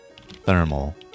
thermal